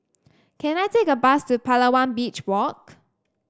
can I take a bus to Palawan Beach Walk